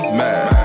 mad